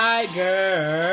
Tiger